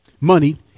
money